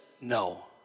no